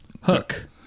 Hook